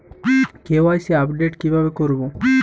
KYC update কিভাবে করবো?